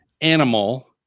animal